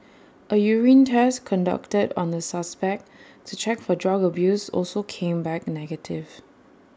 A urine test conducted on the suspect to check for drug abuse also came back negative